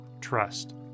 trust